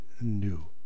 new